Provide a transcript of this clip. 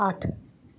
आठ